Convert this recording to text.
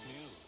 News